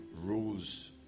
rules